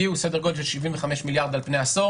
הוא סדר גודל של 75 מיליארד על פני עשור.